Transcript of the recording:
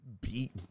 Beat